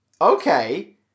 okay